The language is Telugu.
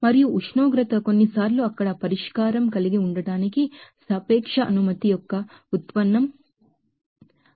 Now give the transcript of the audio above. మరియు ఉష్ణోగ్రత కొన్నిసార్లు అక్కడ పరిష్కారం కలిగి ఉండటానికిడెరివేటివ్ అఫ్ ది రెలెటివ్ పేర్మిట్టివిటీ మీకు తెలుసు